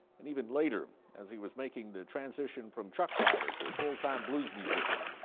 and even later as he was making the transition from truck driver to full-time blues musician.